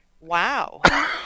Wow